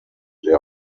der